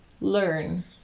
learn